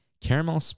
caramel